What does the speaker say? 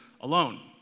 alone